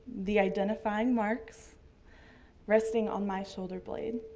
the identifying marks resting on my shoulder blade,